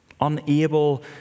Unable